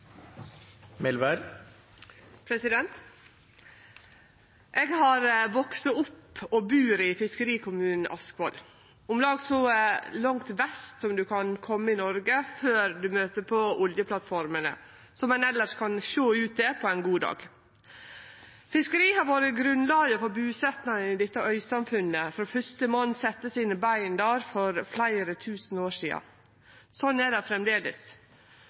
kan kome i Noreg før ein møter på oljeplattformene, som ein elles kan sjå ut til på ein god dag. Fiskeri har vore grunnlaget for busetnad i dette øysamfunnet frå førstemann sette sine bein der for fleire tusen år sidan, og sånn er det